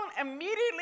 immediately